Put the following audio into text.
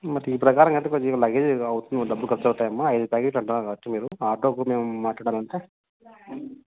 మరి ఈ ప్రకారంగాంటే కొంచం లగేజ్ అవుతుంది డబ్బు ఖర్చవుతాయమ్మా ఐదు ప్యాకెట్లు అన్నారు లాస్ట్కి మీరు ఆటో కుడా మాట్లాడాలంటే